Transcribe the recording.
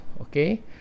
okay